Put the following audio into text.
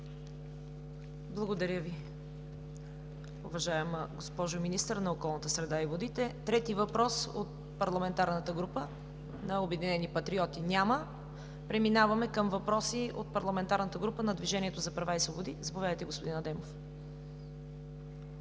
Благодаря Ви, уважаема госпожо Министър на околната среда и водите. Трети въпрос от Парламентарната група на Обединени патриоти? Няма. Преминаваме към въпроси от Парламентарната група на Движението за права и свободи. Заповядайте, господин Адемов.